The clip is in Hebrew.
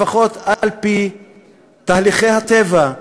לפחות על-פי תהליכי הטבע.